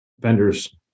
vendors